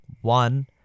one